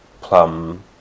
plum